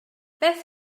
beth